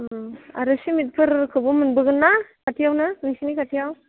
आरो सिमेन्टफोरखौबो मोनदोंमोन ना खाथियावनो नोंसोरनि खाथियाव